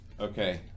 Okay